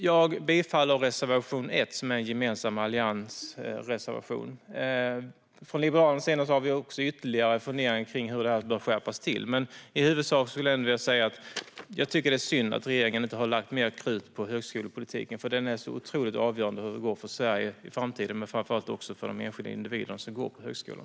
Jag yrkar bifall till reservation 1 som är en gemensam alliansreservation. Liberalerna har ytterligare funderingar om hur detta bör skärpas till, men jag vill huvudsakligen säga att det är synd att regeringen inte har lagt mer krut på högskolepolitiken. Den är ju avgörande för hur det ska gå för Sverige i framtiden och, framför allt, hur det ska gå för de enskilda individerna som går på högskolan.